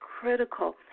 critical